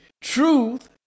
Truth